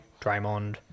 Draymond